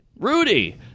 Rudy